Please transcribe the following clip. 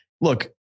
look